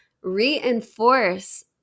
Reinforce